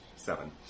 Seven